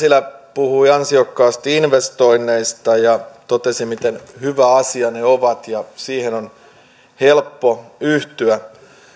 eestilä puhui ansiokkaasti investoinneista ja totesi miten hyvä asia ne ovat ja siihen on helppo yhtyä